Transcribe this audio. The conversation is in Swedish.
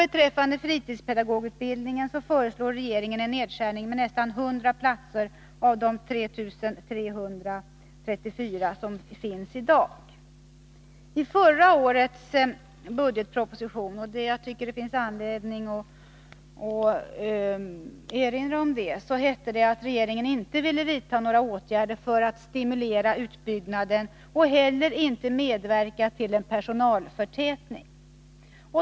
Beträffande fritidspedagogutbildningen föreslår regeringen en nedskärning med nästan 100 platser av de 3 334 som finns i dag. I förra årets budgetproposition — jag tycker det finns anledning att erinra om det — hette det att regeringen inte ville vidta några åtgärder för att stimulera utbyggnaden och inte heller medverka till en personalförtätning.